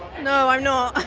no i'm not.